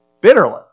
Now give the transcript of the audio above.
bitterly